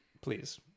Please